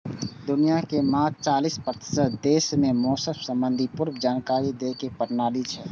दुनिया के मात्र चालीस प्रतिशत देश मे मौसम संबंधी पूर्व जानकारी दै के प्रणाली छै